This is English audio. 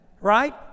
Right